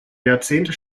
jahrzehnte